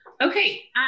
Okay